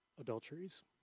adulteries